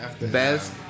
best